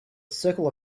circle